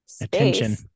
attention